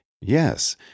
Yes